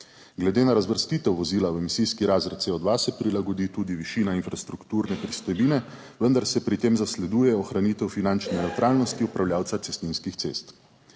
Glede na razvrstitev vozila v emisijski razred CO2 se prilagodi tudi višina infrastrukturne pristojbine, vendar se pri tem zasleduje ohranitev finančne nevtralnosti upravljavca cestninskih cest.